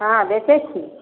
अहाँ बेचै छी